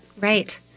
right